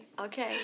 Okay